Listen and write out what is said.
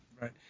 Right